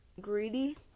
Greedy